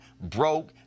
broke